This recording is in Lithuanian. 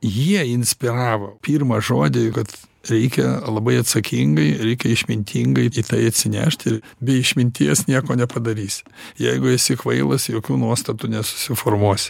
jie inspiravo pirmą žodį kad reikia labai atsakingai reikia išmintingai į tai atsinešt ir be išminties nieko nepadarysi jeigu esi kvailas jokių nuostatų nesusiformuosi